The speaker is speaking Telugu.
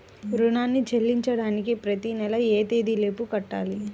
రుణాన్ని చెల్లించడానికి ప్రతి నెల ఏ తేదీ లోపు కట్టాలి?